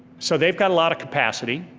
so they've got a lot of capacity.